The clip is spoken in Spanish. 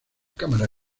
cámara